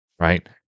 right